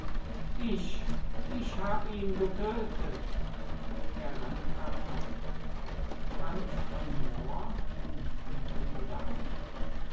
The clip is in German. ich ich hab ihn getödtet er rennt davon franz von moor in tiefen gedanken